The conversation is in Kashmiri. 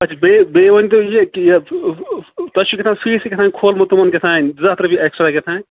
اچھا بیٚیہِ بییٚہِ ؤنۍتو یہِ کہِ یَتھ تۄہہِ چھُ کیٛاہ تام فیٖس تہِ کیٛاہ تام کھولمُت تِمَن کیٛاہ تام زٕ ہَتھ رۄپیہِ اٮ۪کسٹرٛا کیٛاہ تام